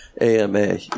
AMA